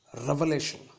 revelation